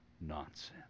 nonsense